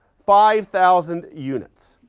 five thousand units,